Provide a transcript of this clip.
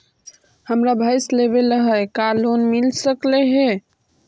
हमरा भैस लेबे ल है का लोन मिल सकले हे?